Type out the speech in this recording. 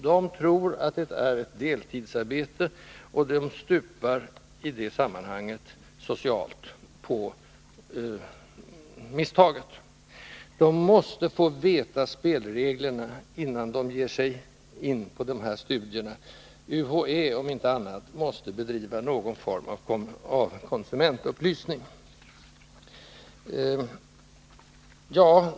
De tror att det är ett deltidsarbete, och de stupar socialt på det misstaget. De måste få veta spelreglerna, innan de ger sig in i studierna. UHÄ måste bedriva någon form av konsumentupplysning.